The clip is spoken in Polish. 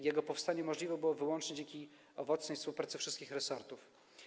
Jego powstanie możliwe było wyłącznie dzięki owocnej współpracy wszystkich resortów.